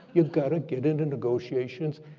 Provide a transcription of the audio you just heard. you've gotta get into negotiations.